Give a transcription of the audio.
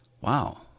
Wow